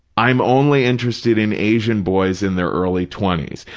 i'm only interested in asian boys in their early twenty s.